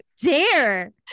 Dare